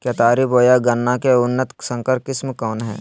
केतारी बोया गन्ना के उन्नत संकर किस्म कौन है?